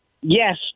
Yes